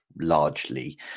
largely